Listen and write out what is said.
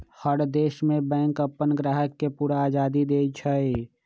हर देश में बैंक अप्पन ग्राहक के पूरा आजादी देई छई